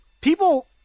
People